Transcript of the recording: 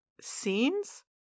scenes